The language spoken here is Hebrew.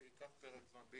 שייקח פרק זמן.